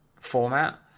format